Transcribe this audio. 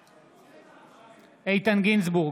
בעד איתן גינזבורג,